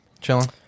Chilling